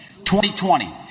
2020